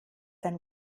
ein